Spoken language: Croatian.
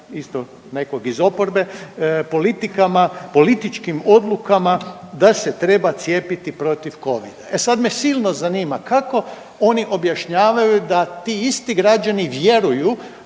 isto nekog iz oporbe, politikama i političkim odlukama da se treba cijepiti protiv covida. E sad me silno zanima kako oni objašnjavaju da ti isti građani vjeruju